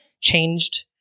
changed